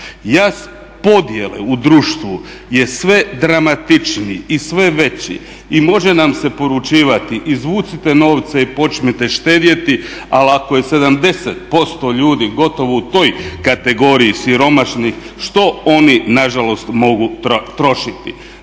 Jaz podjele u društvu je sve dramatičniji i sve veći i može nam se poručivati izvucite novce i počnite štedjeti, ali ako je 70% ljudi gotovo u toj kategoriji siromašnih što oni nažalost mogu trošiti?